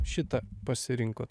šitą pasirinkot